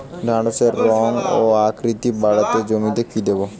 ঢেঁড়সের রং ও আকৃতিতে বাড়াতে জমিতে কি দেবো?